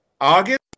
August